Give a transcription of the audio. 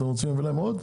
אתם רוצים להביא להם עוד?